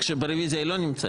ברוויזיה היא לא נמצאת,